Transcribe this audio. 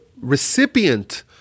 recipient